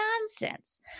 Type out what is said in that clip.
nonsense